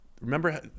Remember